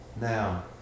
Now